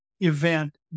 event